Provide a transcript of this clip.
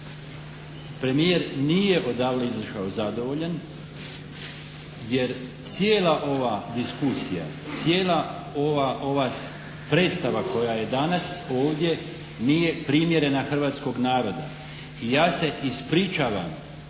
Premijer nije odavle izišao zadovoljan jer cijela ova diskusija, cijela ova, ova predstava koja je danas ovdje nije primjerena hrvatskog naroda. I ja se ispričavam